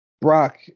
Brock